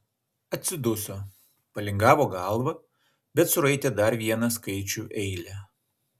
atsiduso palingavo galvą bet suraitė dar vieną skaičių eilę